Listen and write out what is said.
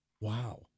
Wow